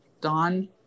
Don